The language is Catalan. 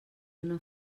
una